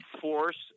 force